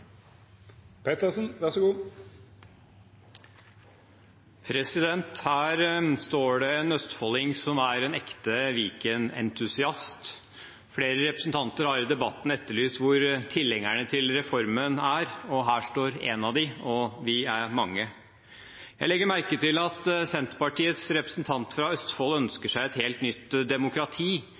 denne reformen, så sitter de altså her og ikke ivaretar interessene til innbyggerne i Vestfold. Her står det en østfolding som er en ekte Viken-entusiast. Flere representanter har i debatten etterlyst hvor tilhengerne til reformen er – og her står en av dem, og vi er mange. Jeg legger merke til at Senterpartiets representant fra Østfold ønsker seg et helt nytt demokrati,